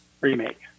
remake